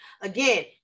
again